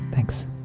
Thanks